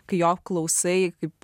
kai jo klausai kaip